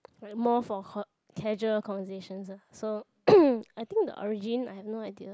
more for he~ casual conversation eh so I think the origin I have no idea